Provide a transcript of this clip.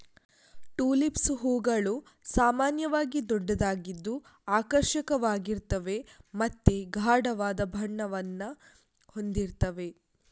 tulips ಹೂವುಗಳು ಸಾಮಾನ್ಯವಾಗಿ ದೊಡ್ಡದಾಗಿದ್ದು ಆಕರ್ಷಕವಾಗಿರ್ತವೆ ಮತ್ತೆ ಗಾಢವಾದ ಬಣ್ಣವನ್ನ ಹೊಂದಿರ್ತವೆ